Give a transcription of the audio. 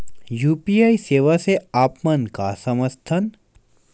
UPI सेवा से आप मन का समझ थान?